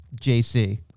JC